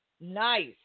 Nice